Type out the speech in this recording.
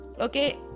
okay